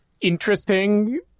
interesting